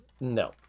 no